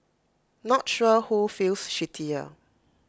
not sure who feels shittier